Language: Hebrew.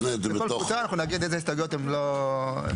בכל קבוצה אנחנו נגיד איזה הסתייגויות הן לא רלוונטיות.